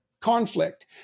conflict